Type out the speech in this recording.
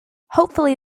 hopefully